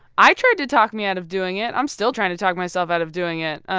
i tried to talk me out of doing it! i'm still trying to talk myself out of doing it.